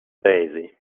daisy